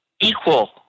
equal